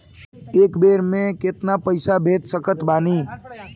एक बेर मे केतना पैसा हम भेज सकत बानी?